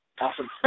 Awesome